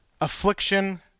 affliction